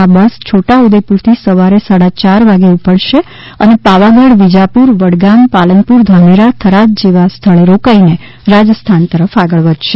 આ બસ છોટાઉદેપુરથી સવારે સાડા ચાર વાગ્યે ઉપડશે અને પાવાગઢ વિજાપુર વડગામ પાલનપુર ધાનેરા થરાદ જેવા સ્થળે રોકાઈ રાજસ્થાન તરફ આગળ વધશે